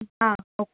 ம் ஆ ஓகே